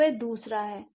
तो वह दूसरा है